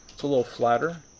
it's a little flatter.